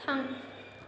थां